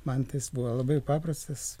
man tai jis buvo labai paprastas